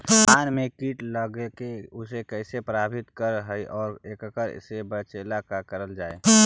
धान में कीट लगके उसे कैसे प्रभावित कर हई और एकरा से बचेला का करल जाए?